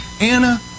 Anna